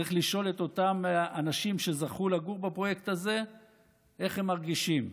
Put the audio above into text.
צריך לשאול את אותם האנשים שזכו לגור בפרויקט הזה איך הם מרגישים.